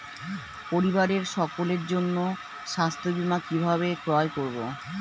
পরিবারের সকলের জন্য স্বাস্থ্য বীমা কিভাবে ক্রয় করব?